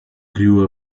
grew